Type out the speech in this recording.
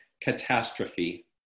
catastrophe